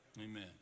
amen